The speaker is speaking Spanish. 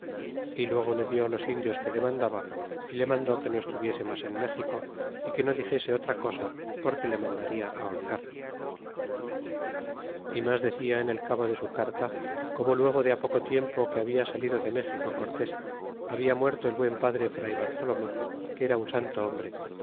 y luego le dió los indios que demandaba y le mandó que no estuviese mas en méxico y que no dixese otra cosa porque le mandarla ahorcar y mas decia en el cabo de su carta como luego de poco tiempo que habia salido de méxico cortés habla muerto el buen padre fray bartolomé que era un santo hombre